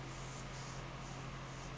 pay to the workers